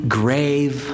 grave